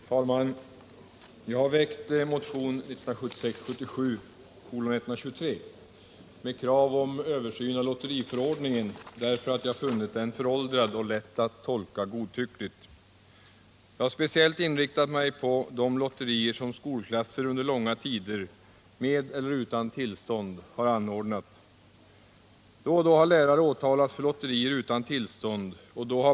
Herr talman! Jag har väckt motionen 1976/77:123 med krav på översyn av lotteriförordningen därför att jag funnit den föråldrad och lätt att tolka godtyckligt. Jag har speciellt inriktat mig på de lotterier som skolklasser under långa tider med eller utan tillstånd har anordnat. Då och då har lärare åtalats för lotterier utan tillstånd.